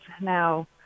now